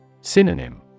Synonym